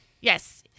Yes